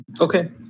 Okay